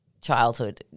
childhood